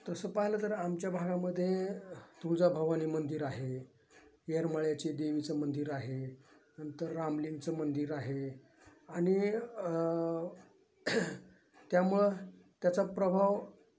तसं पाहिलं तर आमच्या भागामध्ये तुळजा भवानी मंदिर आहे येरमाळ्याची देवीचं मंदिर आहे नंतर रामलिंगचं मंदिर आहे आणि त्यामुळं त्याचा प्रभाव